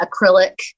acrylic